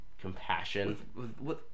compassion